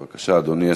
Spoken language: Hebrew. בבקשה, אדוני.